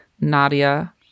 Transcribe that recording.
Nadia